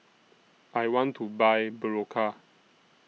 I want to Buy Berocca